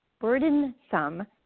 burdensome